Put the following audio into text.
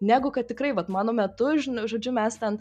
negu kad tikrai vat mano metu nu žodžiu mes ten